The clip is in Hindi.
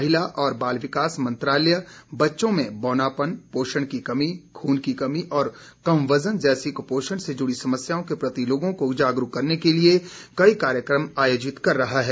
महिला और बाल विकास मंत्रालय बच्चों में बौनापन पोषण की कमी खून में कमी और कम वजन जैसी कुपोषण से जुड़ी समस्याओं के प्रति लोगों को जागरूक करने के लिए कई कार्यक्रम आयोजित कर रहा है